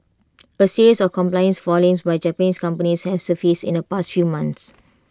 A series of compliance failings by Japanese companies have surfaced in the past few months